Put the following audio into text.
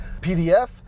PDF